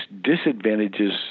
disadvantages